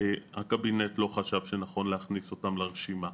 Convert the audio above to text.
הקבינט לא חשב שנכון להכניס אותן לרשימה.